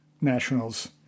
nationals